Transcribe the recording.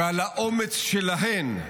ועל האומץ שלהן,